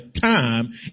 time